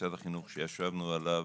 במשרד החינוך שישבנו עליו,